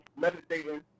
meditating